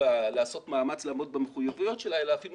לעשות מאמץ לעמוד במחויבויות שלה אלא אפילו